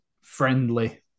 friendly